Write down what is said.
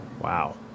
Wow